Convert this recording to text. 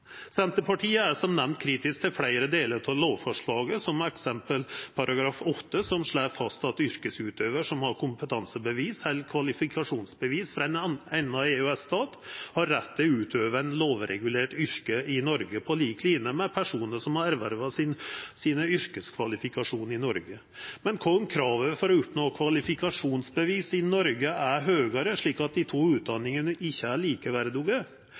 Senterpartiet er som nemnt kritisk til fleire delar av lovforslaget, f.eks. § 8, som slår fast at ein yrkesutøvar som har kompetansebevis eller kvalifikasjonsbevis frå ein annan EØS-stat, har rett til å utøva eit lovregulert yrke i Noreg på lik linje med personar som har erverva sine yrkeskvalifikasjonar i Noreg. Men kva om krava for å oppnå kvalifikasjonsbevis i Noreg er høgare, slik at dei to utdanningane ikkje er likeverdige?